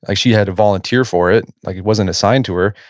ah she had to volunteer for it, like it wasn't assigned to her,